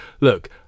Look